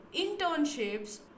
internships